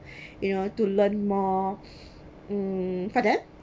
you know to learn more um for them